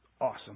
Awesome